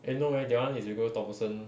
eh no eh that [one] is we go thomson